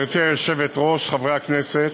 גברתי היושבת-ראש, חברי הכנסת,